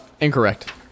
Incorrect